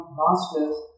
masters